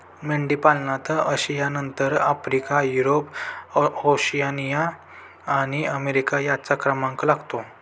मेंढीपालनात आशियानंतर Africa, Europe, Oceania आणि अमेरिका यांचा क्रमांक लागतो